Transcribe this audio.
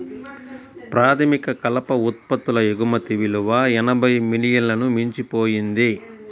ప్రాథమిక కలప ఉత్పత్తుల ఎగుమతి విలువ ఎనభై మిలియన్లను మించిపోయింది